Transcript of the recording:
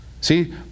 See